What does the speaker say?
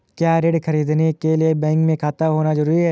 क्या ऋण ख़रीदने के लिए बैंक में खाता होना जरूरी है?